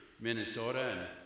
Minnesota